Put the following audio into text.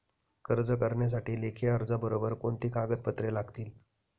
कर्ज करण्यासाठी लेखी अर्जाबरोबर कोणती कागदपत्रे लागतील?